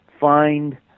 find